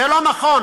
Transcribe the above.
זה לא נכון,